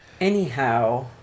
Anyhow